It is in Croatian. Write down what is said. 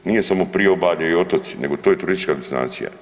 Nije samo priobalje i otoci, nego to je turistička destinacija.